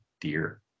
deer